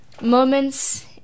moments